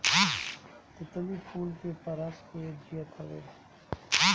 तितली फूल के पराग पर जियत हवे